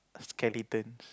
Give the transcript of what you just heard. skeletons